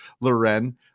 Loren